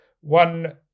one